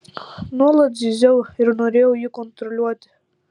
nuolat zyziau ir norėjau jį kontroliuoti